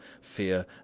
fear